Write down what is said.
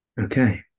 Okay